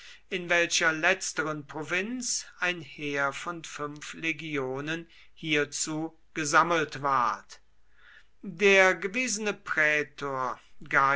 in welcher letzteren provinz ein heer von fünf legionen hierzu gesammelt ward der gewesene prätor